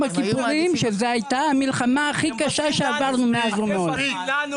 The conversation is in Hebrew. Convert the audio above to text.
הכיפורים שזו הייתה המלחמה הכי קשה שעברנו מאז ומעולם.